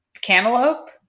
cantaloupe